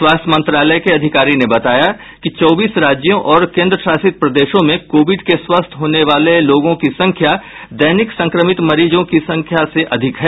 स्वास्थ्य मंत्रालय के अधिकारी ने बताया कि चौबीस राज्यों और कोन्द्र शासित प्रदेशों में कोविड से स्वस्थ होने वाले लोगों की संख्या दैनिक संक्रमित मरीजों की संख्या से अधिक है